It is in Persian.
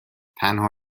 تنها